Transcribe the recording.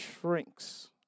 shrinks